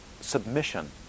submission